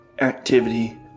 activity